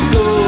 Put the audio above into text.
go